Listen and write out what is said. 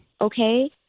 Okay